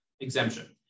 exemption